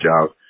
job